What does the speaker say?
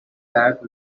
that